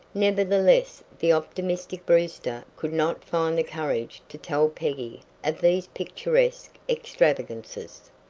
nevertheless the optimistic brewster could not find the courage to tell peggy of these picturesque extravagances.